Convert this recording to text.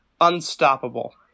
Unstoppable